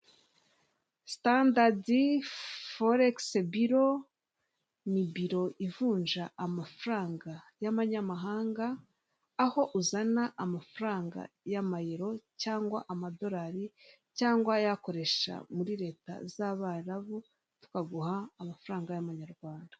Sitandadi foregisi biro, ni biro ivunja amafaranga y'abanyamahanga, aho uzana amafaranga y'amayero cyangwa amadorari cyangwa ayakoresha muri leta z'abarabu, tukaguha amafaranga y'amanyarwanda.